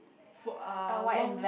for uh long